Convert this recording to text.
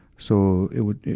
so, it would,